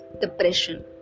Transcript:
depression